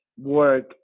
work